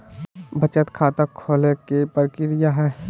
बचत खाता खोले के कि प्रक्रिया है?